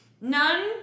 None